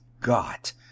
Got